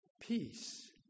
Peace